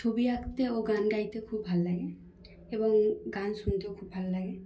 ছবি আঁকতে ও গান গাইতে খুব ভাল লাগে এবং গান শুনতেও খুব ভাল লাগে